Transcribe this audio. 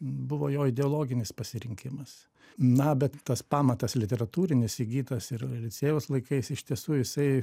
buvo jo ideologinis pasirinkimas na bet tas pamatas literatūrinis įgytas ir licėjaus laikais iš tiesų jisai